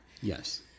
yes